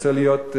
רוצה להיות,